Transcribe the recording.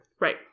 Right